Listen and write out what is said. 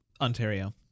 Ontario